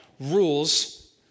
Rules